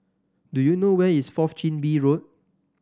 do you know where is Fourth Chin Bee Road